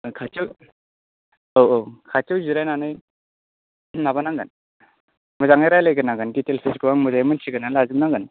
खाथियाव औ औ खाथियाव जिरायनानै माबानांगोन मोजाङै रायलायगोरनांगोन डिटेलसफोरखौ आं मोजाङै मिथिगोरनानै लाजोबनांगोन